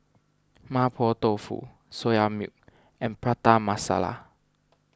Mapo Tofu Soya Milk and Prata Masala